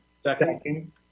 Second